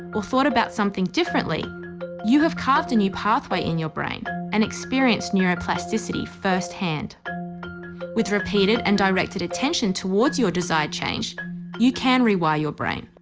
or thought about something differently you have carved a new pathway in your brain and experienced neuroplasticity firsthand with repeated and directed attention towards your desired change you can rewire your brain